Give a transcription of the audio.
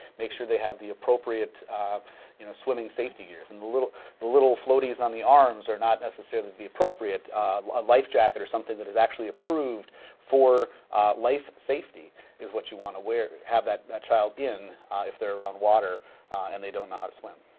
make sure they have the appropriate you know swimming safety gears, and the little the little floaties on the arms are not necessarily appropriate, a life jacket or something that is actually approved for life safety is what you wanna wear, have that that child in if they're around water and they don't know how to swim.